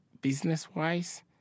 business-wise